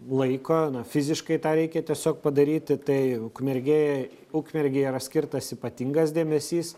laiko fiziškai tą reikia tiesiog padaryti tai ukmergė ukmergei yra skirtas ypatingas dėmesys